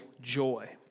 joy